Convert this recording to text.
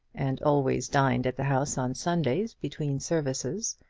and always dined at the house on sundays between services,